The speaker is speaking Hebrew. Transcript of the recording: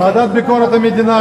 ועדת ביקורת המדינה.